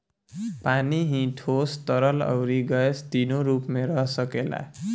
पानी ही ठोस, तरल, अउरी गैस तीनो रूप में रह सकेला